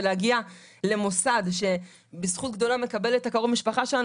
ולהגיע למוסד שבזכות גדולה מקבל את קרוב המשפחה שלנו,